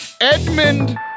Edmund